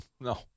No